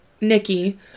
Nikki